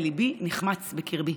וליבי נחמץ בקרבי.